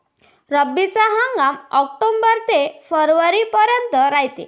रब्बीचा हंगाम आक्टोबर ते फरवरीपर्यंत रायते